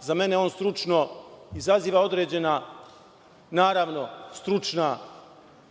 za mene on, stručno, izaziva određena, naravno, stručna